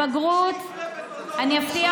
הבגרות היא חיצונית.